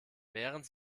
während